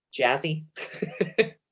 jazzy